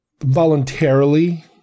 voluntarily